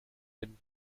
den